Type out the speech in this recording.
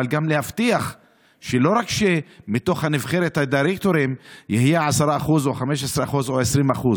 גם להבטיח שלא רק מתוך נבחרת הדירקטורים יהיו 10% או 15% או 20%,